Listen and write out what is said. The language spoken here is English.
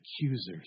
accusers